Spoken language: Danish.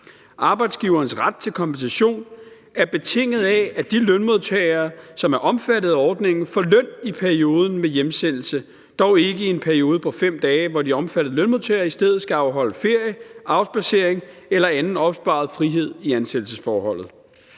Arbejdsgiverens ret til kompensation er betinget af, at de lønmodtagere, som er omfattet af ordningen, får løn i perioden med hjemsendelse, dog ikke i en periode på 5 dage, hvor de omfattede lønmodtagere i stedet skal afholde ferie, afspadsering eller anden opsparet frihed i ansættelsesforholdet.